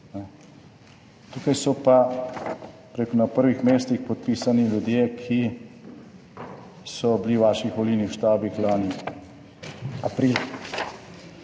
Tukaj so pa, bi rekel, na prvih mestih podpisani ljudje, ki so bili v vaših volilnih štabih lani aprila.